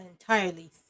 entirely